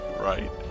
Right